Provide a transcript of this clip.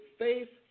faith